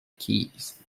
keys